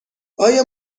آیا